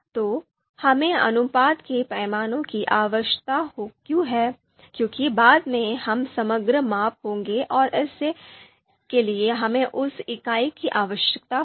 तो हमें अनुपात के पैमाने की आवश्यकता क्यों है क्योंकि बाद में हम समग्र माप होंगे और इसके लिए हमें उसी इकाई की आवश्यकता होगी